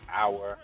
hour